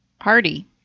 Hardy